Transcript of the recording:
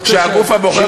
כשהגוף הבוחר הזה,